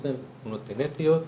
אוטיזם ותסמונות גנטיות,